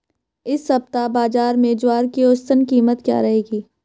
इस सप्ताह बाज़ार में ज्वार की औसतन कीमत क्या रहेगी?